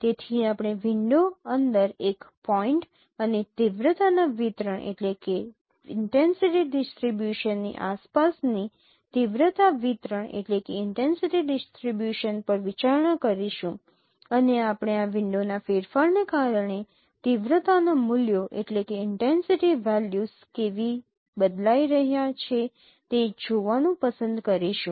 તેથી આપણે વિન્ડો અંદર એક પોઈન્ટ અને તીવ્રતાના વિતરણ ની આસપાસની તીવ્રતા વિતરણ પર વિચારણા કરીશું અને આપણે આ વિન્ડોના ફેરફારને કારણે તીવ્રતાના મૂલ્યો કેવી બદલાઇ રહ્યા છે તે જોવાનું પસંદ કરીશું